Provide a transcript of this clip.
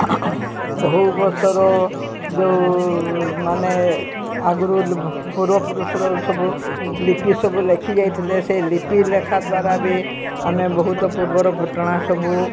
ବହୁ ବର୍ଷର ଯେଉଁ ମାନେ ଆଗୁରୁ ପୂର୍ବପୁରୁଷର ସବୁ ଲିପି ସବୁ ଲେଖି ଯାଇଥିଲେ ସେଇ ଲିପି ଲେଖା ଦ୍ୱାରା ବି ଆମେ ବହୁତ ପୂର୍ବର ଘଟଣା ସବୁ